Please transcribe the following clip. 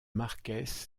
marqués